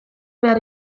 behar